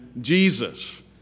Jesus